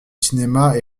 cinéma